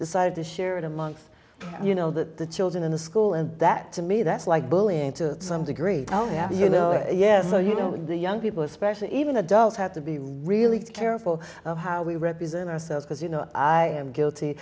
decided to share in a month you know that the children in the school and that to me that's like bullying to some degree oh yeah you know yes so you know the young people especially even adults have to be really careful of how we represent ourselves because you know i am guilty